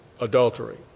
adultery